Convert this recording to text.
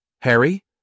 Harry